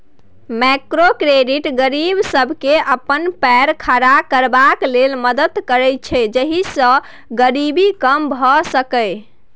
micro credit गरीब सबके अपन पैर खड़ा करबाक लेल मदद करैत छै जइसे गरीबी कम भेय सकेए